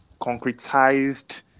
concretized